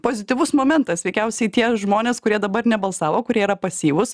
pozityvus momentas veikiausiai tie žmonės kurie dabar nebalsavo kurie yra pasyvūs